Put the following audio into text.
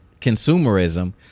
consumerism